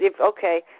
Okay